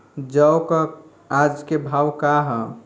जौ क आज के भाव का ह?